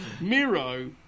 Miro